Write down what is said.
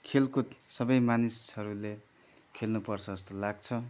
खेलकुद सबै मानिसहरूले खेल्नपर्छ जस्तो लाग्छ